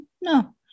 No